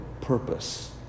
purpose